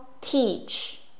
teach